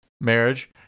Marriage